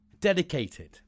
dedicated